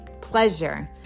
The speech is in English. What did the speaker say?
Pleasure